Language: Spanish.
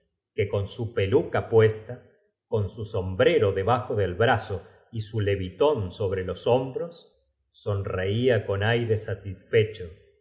que con su peluca puesta con su sombre ro debajo del brazo y su levitón sobro los hombro s sonreía con aire satisfecho